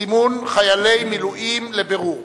זימון חיילי מילואים לבירור.